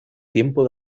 tiempo